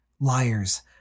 Liars